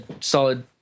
solid